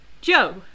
Joe